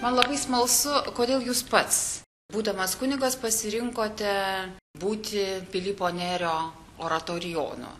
man labai smalsu kodėl jūs pats būdamas kunigas pasirinkote būti pilypo nėrio oratorijonu